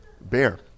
bear